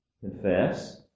Confess